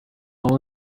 wundi